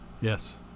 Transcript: Yes